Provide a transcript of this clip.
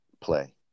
play